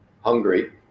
hungry